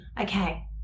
Okay